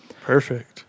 Perfect